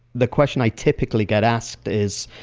the question i typically get asked is,